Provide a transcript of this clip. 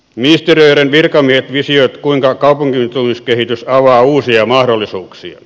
ministeriöiden virkamiehet visioivat kuinka kaupungistumiskehitys avaa uusia mahdollisuuksia